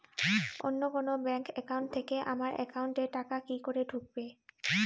অন্য কোনো bank account থেকে আমার একাউন্ট এ টাকা কি করে ঢুকবে?